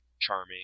charming